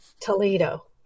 Toledo